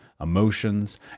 emotions